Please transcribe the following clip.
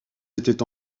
était